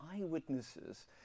eyewitnesses